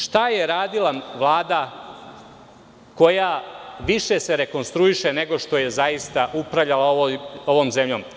Šta je radila Vlada koja se više rekonstruiše nego što zaista upravlja ovom zemljom?